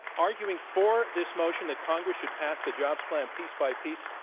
arguing for this motion that congress should pass the jobs plan piece by piece,